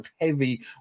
heavy